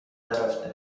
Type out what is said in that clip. نرفته